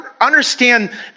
understand